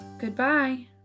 Goodbye